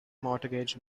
mortgage